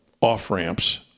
off-ramps